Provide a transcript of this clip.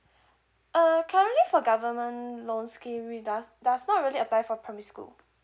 err currently for government loan scheme with us does not really apply for primary school